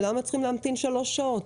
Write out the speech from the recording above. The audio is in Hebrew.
ולמה צריכים להמתין שלוש שעות?